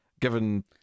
given